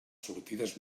sortides